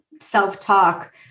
self-talk